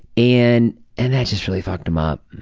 and and that just really fucked him up.